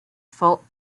fault